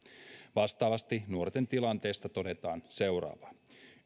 vastaavasti nuorten tilanteesta todetaan seuraavaa